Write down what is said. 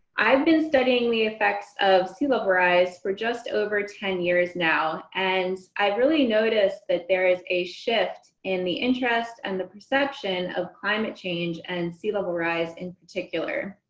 i've been studying the effects of sea level rise for just over ten years now, and i really notice that there is a shift in the interests and the perception of climate change and sea level rise in particular.